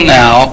now